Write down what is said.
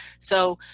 so,